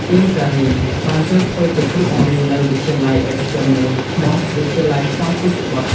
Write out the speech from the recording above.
អៀង សារី បានចូលធ្វើជាគ្រូបង្រៀននៅវិទ្យាល័យឯកជនមួយឈ្មោះ “វិទ្យាល័យកម្ពុជបុត្រ”។